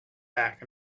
back